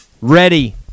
ready